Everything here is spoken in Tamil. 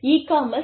e commerce